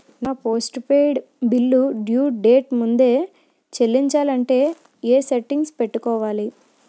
నా post paid bill due date ముందే చెల్లించాలంటే ఎ సెట్టింగ్స్ పెట్టుకోవాలి?